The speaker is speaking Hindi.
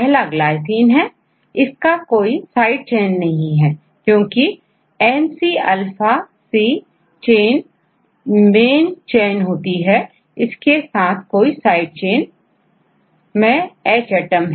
पहला ग्लाइसिन है इसमें कोई साइड चेन नहीं है क्योंकि N C alphaC chain main chain है इसके साथ कोई साइड चैन मैंH एटम है